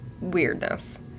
weirdness